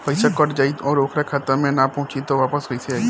पईसा कट जाई और ओकर खाता मे ना पहुंची त वापस कैसे आई?